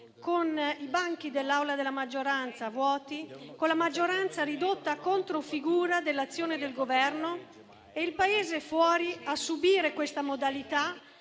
con i banchi dell'Aula della maggioranza vuoti, con la maggioranza ridotta a controfigura dell'azione del Governo e il Paese fuori a subire questa modalità